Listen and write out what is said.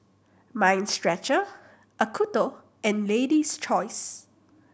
Mind Stretcher Acuto and Lady's Choice